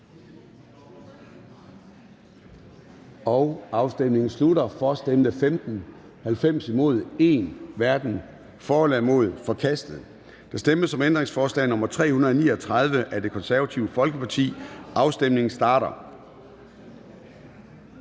hverken for eller imod stemte 1 (NB). Ændringsforslaget er forkastet. Der stemmes om ændringsforslag nr. 339 af Det Konservative Folkeparti. Afstemningen starter.